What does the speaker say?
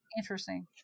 Interesting